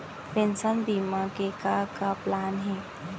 Pension बीमा के का का प्लान हे?